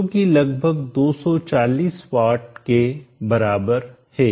जो कि लगभग 240 वाट के बराबर है